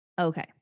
Okay